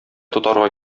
тотарга